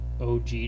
OG